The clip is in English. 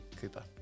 Cooper